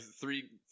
three